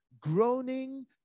groaning